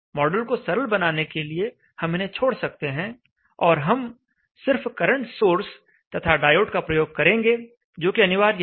model को सरल बनाने के लिए हम इन्हें छोड़ सकते हैं और हम सिर्फ करंट सोर्स तथा डायोड का प्रयोग करेंगे जो कि अनिवार्य है